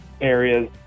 areas